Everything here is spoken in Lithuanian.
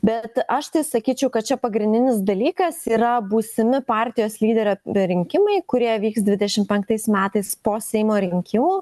bet aš tai sakyčiau kad čia pagrindinis dalykas yra būsimi partijos lyderio rinkimai kurie vyks dvidešim penktais metais po seimo rinkimų